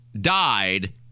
died